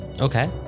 Okay